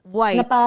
White